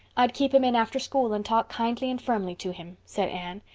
i'd keep him in after school and talk kindly and firmly to him, said anne.